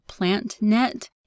PlantNet